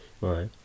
Right